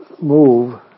move